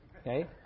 Okay